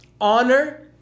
Honor